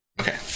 okay